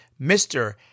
Mr